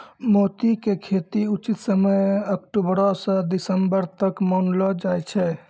मोती के खेती के उचित समय अक्टुबरो स दिसम्बर तक मानलो जाय छै